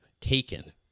taken